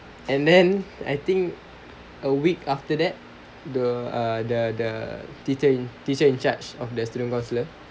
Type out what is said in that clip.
and then I think a week after that the uh the the teacher in teacher in charge of the student counsellor